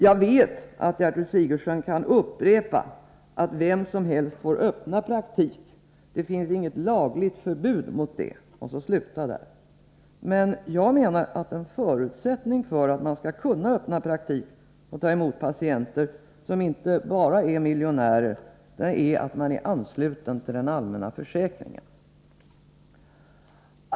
Jag vet att Gertrud Sigurdsen kan upprepa att vem som helst får öppna praktik — det finns inget lagligt förbud mot det — och så sluta där, men jag menar att en förutsättning för att man skall kunna öppna praktik och ta emot patienter som inte bara är miljonärer är att man är ansluten till den allmänna försäkringen.